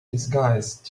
disguised